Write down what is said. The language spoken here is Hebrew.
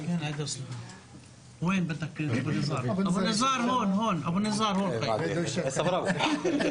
על עבודה אמיתית, ולכן צצו באוויר הרבה דברים לא